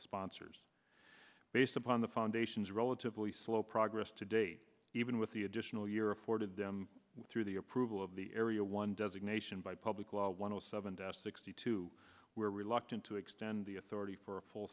sponsors based upon the foundation's relatively slow progress to date even with the additional year afforded them through the approval of the area one designate by public law one o seven test exceed two were reluctant to extend the authority for a full